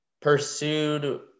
pursued